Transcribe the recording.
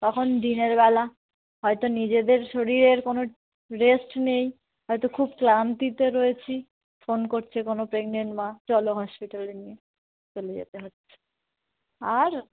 তখন দিনেরবেলা হয়তো নিজেদের শরীরের কোনো রেস্ট নেই হয়তো খুব ক্লান্তিতে রয়েছি ফোন করছে কোনো প্রেগন্যান্ট মা চলো হসপিটালে নিয়ে চলে যেতে হচ্ছে আর